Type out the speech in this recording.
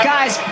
Guys